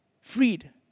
Freed